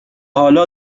حالا